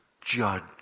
judge